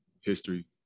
history